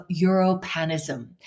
Europanism